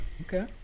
Okay